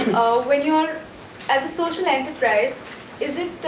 when you're as a social enterprise is it